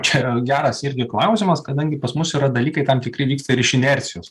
čia yra geras irgi klausimas kadangi pas mus yra dalykai tam tikri vyksta ir iš inercijos